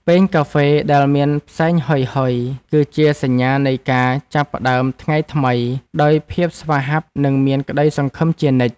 ពែងកាហ្វេដែលនៅមានផ្សែងហុយៗ គឺជាសញ្ញានៃការចាប់ផ្ដើមថ្ងៃថ្មីដោយភាពស្វាហាប់និងមានក្ដីសង្ឃឹមជានិច្ច។